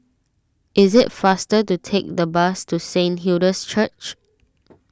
it is faster to take the bus to Saint Hilda's Church